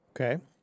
Okay